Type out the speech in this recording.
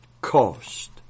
cost